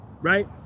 Right